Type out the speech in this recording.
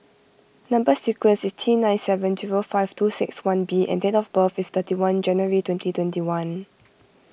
Number Sequence is T nine seven zero five two six one B and date of birth is thirty one January twenty twenty one